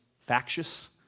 factious